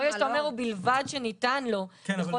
ברגע שאתה אומר ובלבד שניתן לו -- נתונה